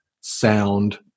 sound